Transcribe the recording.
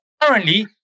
Currently